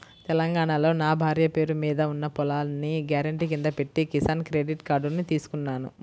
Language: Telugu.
తెలంగాణాలో నా భార్య పేరు మీద ఉన్న పొలాన్ని గ్యారెంటీ కింద పెట్టి కిసాన్ క్రెడిట్ కార్డుని తీసుకున్నాను